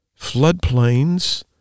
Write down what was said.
floodplains